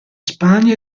spagna